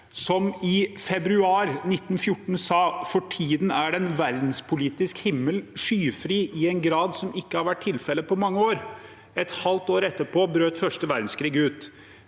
som i februar i 1914 sa: For tiden er den verdenspolitiske himmelen skyfri i en grad som ikke har vært tilfellet på mange år. Et halvt år etter brøt første verdenskrig ut.